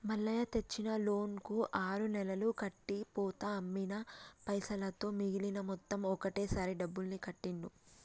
మల్లయ్య తెచ్చిన లోన్ కు ఆరు నెలలు కట్టి పోతా అమ్మిన పైసలతో మిగిలిన మొత్తం ఒకటే సారి డబ్బులు కట్టిండు